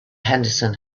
henderson